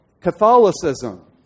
Catholicism